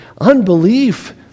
unbelief